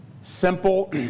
simple